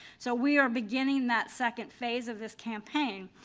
so we are beginning that second phase of this campaign.